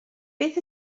beth